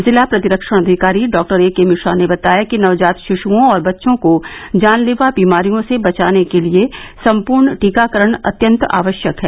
जिला प्रतिरक्षण अधिकारी डॉ ए के मिश्रा ने बताया कि नवजात शिशुओं और बच्चों को जानलेवा बीमारियों से बचाने के लिए संपूर्ण टीकाकरण अत्यंत आवश्यक है